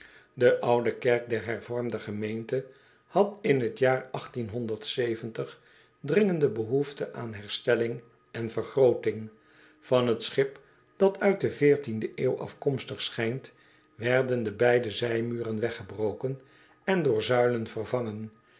de oude kerk der hervormde gemeente had in het jaar dringend behoefte aan herstelling en vergrooting van het schip dat uit de veertiende eeuw afkomstig schijnt werden de beide zijmuren weggebroken en door zuilen vervangen